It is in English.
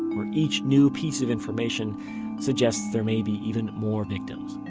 where each new piece of information suggests there may be even more victims.